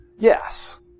Yes